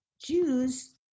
Jews